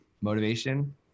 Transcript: motivation